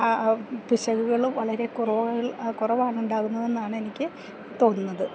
പിശകുകള് വളരെ കുറവാണ് ഉണ്ടാകുന്നതെന്നാണ് എനിക്ക് തോന്നുന്നത്